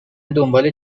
دنبال